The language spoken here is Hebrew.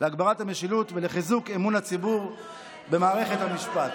להגברת המשילות ולחיזוק אמון הציבור במערכת המשפט.